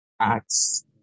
acts